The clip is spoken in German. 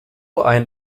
ein